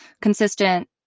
consistent